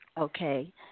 Okay